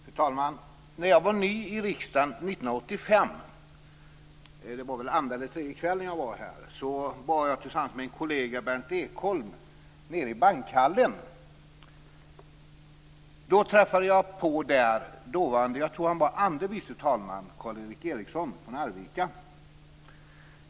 Fru talman! När jag var ny i riksdagen 1985 träffade jag och min kollega Berndt Ekholm en av de första kvällarna dåvarande andre vice talmannen Karl Erik Eriksson från Arvika.